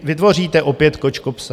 Vytvoříte opět kočkopsa.